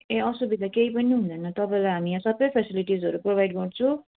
ए असुविधा केही पनि हुँदैन तपाईँलाई हामी यहाँ सबै फेसिलिटिजहरू प्रोभाइड गर्छौँ